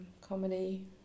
comedy